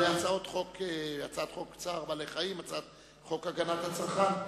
להצעת חוק צער בעלי-חיים, הצעת חוק הגנת הצרכן.